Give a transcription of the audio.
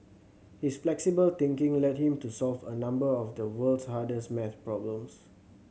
his flexible thinking led him to solve a number of the world's hardest maths problems